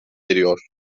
eriyor